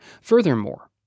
Furthermore